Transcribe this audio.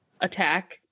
attack